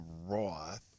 Roth